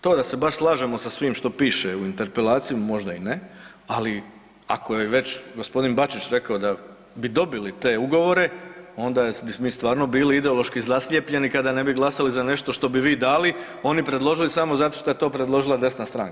To da se baš slažemo sa svim što piše u interpelaciji možda i ne, ali ako je već gospodin Bačić rekao da bi dobili te ugovore, onda bi mi stvarno bili ideološki zaslijepljeni kada ne bismo glasali za nešto što bi vi dali, oni predložili samo zato što je to predložila desna stranka.